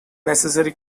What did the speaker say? necessary